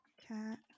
cat